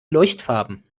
leuchtfarben